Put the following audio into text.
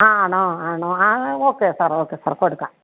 ആണോ ആണോ ആ ഓക്കെ സാർ ഓക്കെ സാർ കൊടുക്കാം